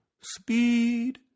speed